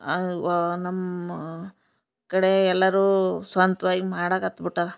ಆ ವಾ ನಮ್ಮ ಕಡೆ ಎಲ್ಲರು ಸ್ವಂತವಾಗಿ ಮಾಡಕ್ಕ ಹತ್ಬುಟಾರ